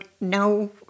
no